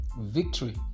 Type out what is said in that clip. victory